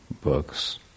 books